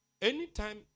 Anytime